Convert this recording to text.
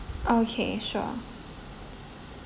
okay sure